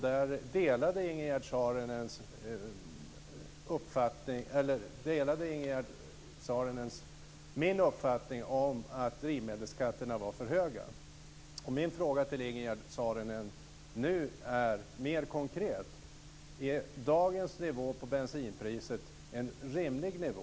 Då delade Ingegerd Saarinen min uppfattning om att drivmedelsskatterna var för höga. Min fråga till Ingegerd Saarinen nu är mer konkret: Är dagens nivå på bensinpriset en rimlig nivå?